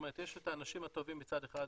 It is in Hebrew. יש את האנשים הטובים מצד אחד,